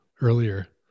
earlier